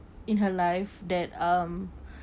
in her life that um